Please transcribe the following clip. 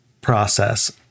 process